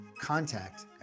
contact